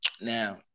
Now